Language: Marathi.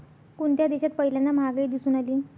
कोणत्या देशात पहिल्यांदा महागाई दिसून आली?